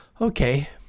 Okay